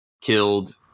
killed